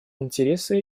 интересы